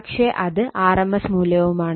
പക്ഷെ അത് rms മൂല്യവുമാണ്